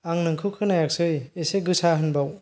आं नोंखौ खोनायासै एसे गोसा होनबाव